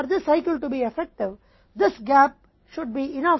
यह अंतराल तीन बदलावों के लिए पर्याप्त होना चाहिए